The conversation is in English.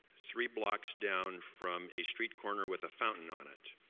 three blocks down from a street corner with a fountain on it.